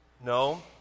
No